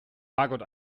margot